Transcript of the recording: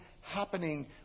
happening